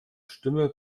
stimme